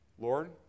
Lord